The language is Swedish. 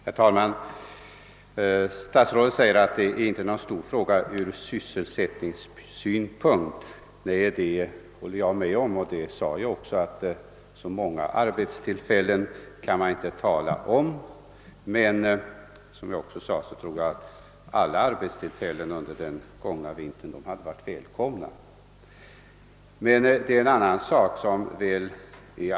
Herr talman! Statsrådet säger att detla inte är någon stor fråga från sysselsättningssynpunkt. Det håller jag med om, och jag sade också att så många fler arbetstillfällen hade det inte blivit med andra bestämmelser. Men som jag också sade hade säkerligen alla arbetstillfällen, även ett fåtal sådana, varit välkomna under den gångna vintern.